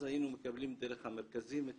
אז היינו מקבלים דרך המרכזים,